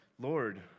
Lord